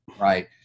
Right